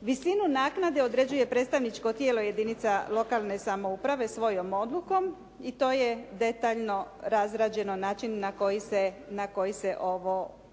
Visinu naknade određuje predstavničko tijelo jedinica lokalne samouprave svojom odlukom i to je detaljno razrađeno način na koji se ovo određuje.